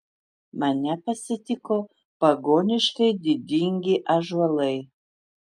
mane pasitiko pagoniškai didingi ąžuolai